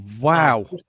Wow